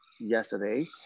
yesterday